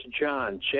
John